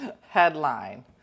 headline